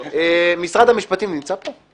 משרד המשפטים נמצא פה?